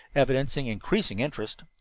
evidencing increasing interest.